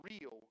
real